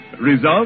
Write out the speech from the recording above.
Result